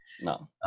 no